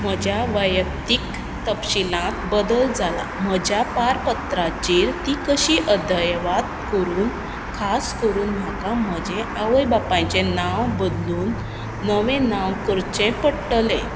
म्हज्या वैयक्तीक तपशिलांत बदल जाला म्हज्या पारपत्राचेर ती कशी अध्यावत करून खास करून म्हाका म्हजें आवय बापायचें नांव बदलून नवें नांव करचें पडटलें